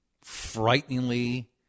frighteningly